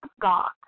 God